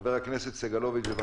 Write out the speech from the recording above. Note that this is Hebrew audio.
חבר הכנסת סגלוביץ', בבקשה.